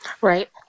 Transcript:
Right